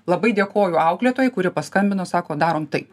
labai dėkoju auklėtojai kuri paskambino sako darom taip